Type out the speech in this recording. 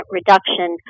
reduction